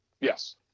Yes